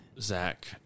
Zach